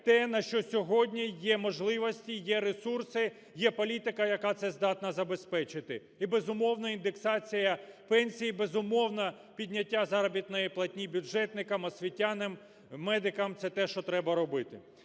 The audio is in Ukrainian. те, на що сьогодні є можливості, є ресурси, є політика, яка це здатна забезпечити і, безумовно, індексація пенсій, безумовно, підняття заробітної платні бюджетникам, освітянам, медикам. Це те, що треба робити.